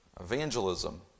evangelism